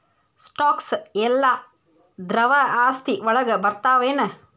Stocks ಯೆಲ್ಲಾ ದ್ರವ ಆಸ್ತಿ ವಳಗ್ ಬರ್ತಾವೆನ?